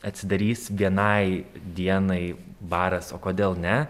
atsidarys vienai dienai baras o kodėl ne